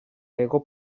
hego